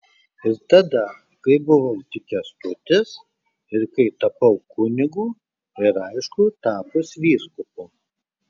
ir tada kai buvau tik kęstutis ir kai tapau kunigu ir aišku tapus vyskupu